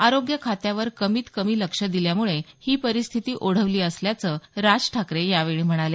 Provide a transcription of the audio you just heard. आरोग्य खात्यावर कमित कमी लक्ष दिल्यामुळे ही परिस्थिती ओढावली असल्याचंही राज ठाकरे यावेळी म्हणाले